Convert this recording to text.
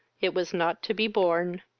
it was not to be borne.